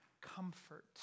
comfort